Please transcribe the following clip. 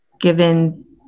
given